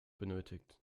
benötigt